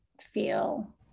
feel